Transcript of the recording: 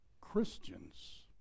Christians